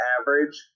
average